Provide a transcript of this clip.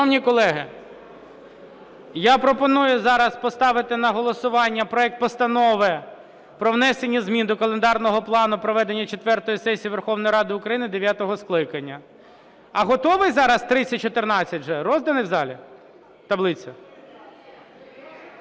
колеги, я пропоную зараз поставити на голосування проект Постанови про внесення змін до календарного плану проведення четвертої сесії Верховної Ради України дев'ятого скликання. Готовий зараз 3014? Вже розданий в залі, таблиця?